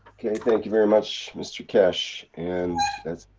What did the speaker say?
okay, thank you very much mr keshe, and that's,